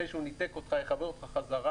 אחרי שהוא ניתק אותך יחבר אותך חזרה,